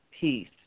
peace